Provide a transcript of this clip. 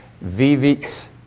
vivit